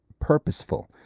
purposeful